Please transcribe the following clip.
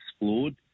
explored